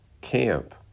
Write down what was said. camp